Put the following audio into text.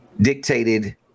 dictated